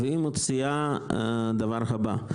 והיא מציעה את הדבר הבא,